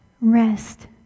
rest